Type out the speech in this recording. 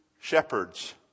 shepherds